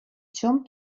чем